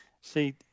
See